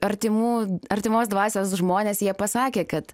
artimų artimos dvasios žmonės jie pasakė kad